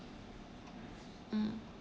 mm